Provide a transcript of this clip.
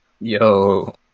Yo